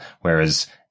whereas